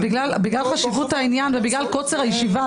בגלל חשיבות העניין ובגלל קוצר הישיבה,